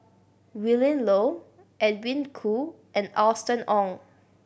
Willin Low Edwin Koo and Austen Ong